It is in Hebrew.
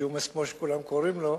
ג'ומס, כמו שכולם קוראים לו,